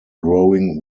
growing